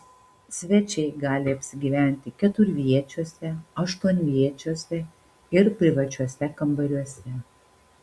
svečiai gali apsigyventi keturviečiuose aštuonviečiuose ir privačiuose kambariuose